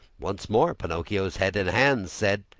once more, pinocchio's head and hands said,